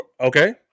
Okay